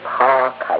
park